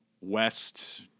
west